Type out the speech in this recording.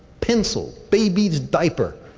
pencil, babies' diaper.